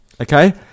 okay